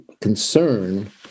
concern